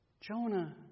Jonah